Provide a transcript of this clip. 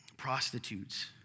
prostitutes